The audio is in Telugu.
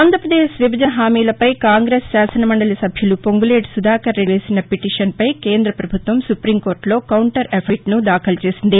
ఆంధ్రాప్రదేశ్ విభజన హామీలపై కాంగ్రెస్ శాసనమందలి సభ్యులు పొంగులేటి సుధాకర్రెడ్డి వేసిన పిటీషన్పై కేంద్రపభుత్వం సుప్రీంకోర్టలో కౌంటర్ అఫిడవిట్ను దాఖలు చేసింది